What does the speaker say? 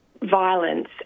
violence